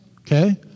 okay